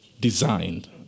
designed